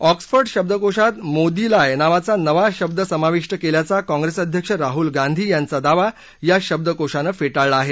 Oxford शब्दकोषात Modilie नावाचा नवा शब्द समाविष्ट केल्याचा काँप्रेस अध्क्ष राहूल गांधी यांचा दावा या शब्दकोषान फेटाळला आहे